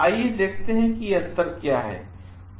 आइए देखते हैं कि ये अंतर क्या हैं